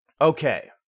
okay